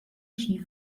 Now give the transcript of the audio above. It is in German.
ski